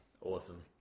Awesome